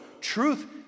truth